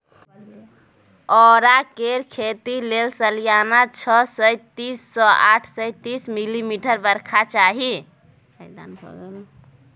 औरा केर खेती लेल सलियाना छअ सय तीस सँ आठ सय तीस मिलीमीटर बरखा चाही